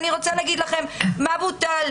אני רוצה להגיד לכם מה בוטל,